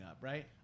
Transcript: right